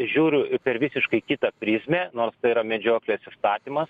žiūriu per visiškai kitą prizmę nors tai yra medžioklės įstatymas